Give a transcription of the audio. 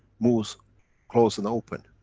moves closed and open.